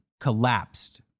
collapsed